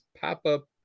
pop-up